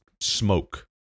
smoke